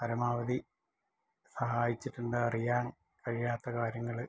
പരമാവധി സഹായിച്ചിട്ടുണ്ട് അറിയാൻ കഴിയാത്ത കാര്യങ്ങൾ